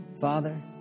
Father